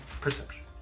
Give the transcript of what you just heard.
Perception